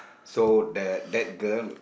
so the that girl